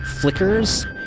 flickers